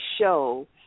show